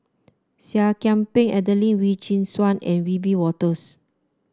Seah Kian Peng Adelene Wee Chin Suan and Wiebe Wolters